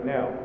Now